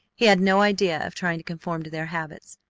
he had no idea of trying to conform to their habits.